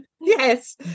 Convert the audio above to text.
Yes